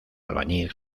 albañil